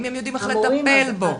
האם הם יודעים איך לטפל בו?